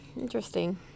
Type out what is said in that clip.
Interesting